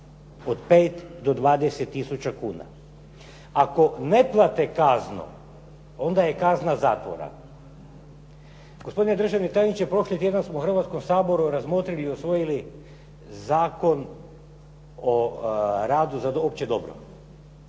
od 5 do 20 tisuća kuna. Ako ne plate kaznu, onda je kazna zatvora. Gospodine državni tajniče, prošli tjedan smo u Hrvatskom saboru razmotrili i usvojili Zakon o radu za opće dobro